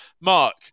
Mark